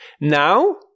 Now